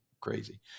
crazy